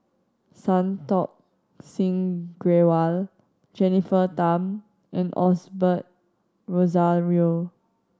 Santokh Singh Grewal Jennifer Tham and Osbert Rozario